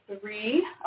three